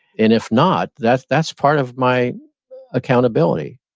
and if not, that's that's part of my accountability.